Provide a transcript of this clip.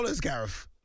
Gareth